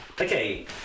Okay